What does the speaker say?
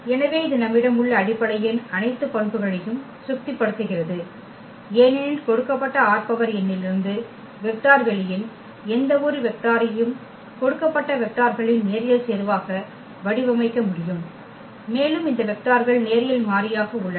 எனவே இது நம்மிடம் உள்ள அடிப்படையின் அனைத்து பண்புகளையும் திருப்திப்படுத்துகிறது ஏனெனில் கொடுக்கப்பட்ட ℝn இலிருந்து வெக்டர் வெளியின் எந்தவொரு வெக்டாரையும் கொடுக்கப்பட்ட வெக்டார்களின் நேரியல் சேர்வாக வடிவமைக்க முடியும் மேலும் இந்த வெக்டார்கள் நேரியல் மாறியாக உள்ளன